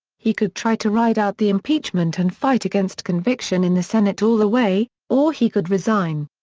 he could try to ride out the impeachment and fight against conviction in the senate all the way, or he could resign.